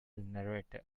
narrator